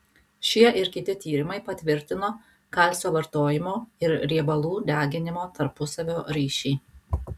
šie ir kiti tyrimai patvirtino kalcio vartojimo ir riebalų deginimo tarpusavio ryšį